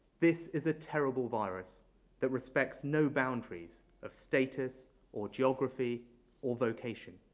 this is a terrible virus that respects no boundaries of status or geography or vocation.